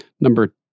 number